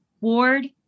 ward